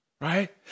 right